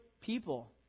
people